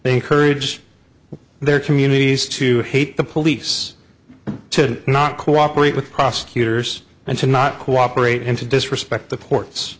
they encourage their communities to hate the police to not cooperate with prosecutors and to not cooperate and to disrespect the ports